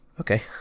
Okay